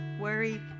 worry